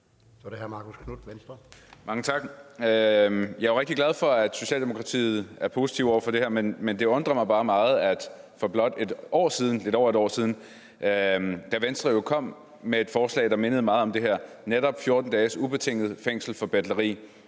Kl. 12:08 Marcus Knuth (V): Mange tak. Jeg er rigtig glad for, at Socialdemokratiet er positiv over for det her, men det undrer mig bare meget, at for blot lidt over et år siden, da Venstre kom med et forslag, der mindede meget om det her, netop 14 dages ubetinget fængsel for betleri,